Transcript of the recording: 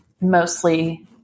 mostly